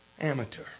amateur